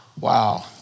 Wow